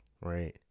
right